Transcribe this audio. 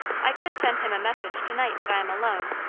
i could send him a message to-night that i am alone,